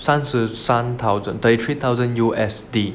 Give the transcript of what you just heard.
三十三 thirty three thousand